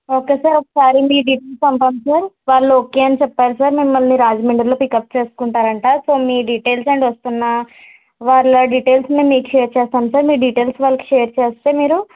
okay sir ఒకసారి మీ details పంపండి సార్ వాళ్ళు ఓకే అని చెప్పారు సార్ మిమ్మల్ని రాజమండ్రిలో పిక్ అప్ చేసుకుంటారంట సో మీ డీటైల్స్ అండ్ వస్తున్నా వాళ్ళ డీటైల్స్ మీకు షేరు చేస్తాం సార్ మీ డిటైల్స్ వాళ్ళకి షేర్ చేస్తే మీరు